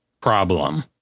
problem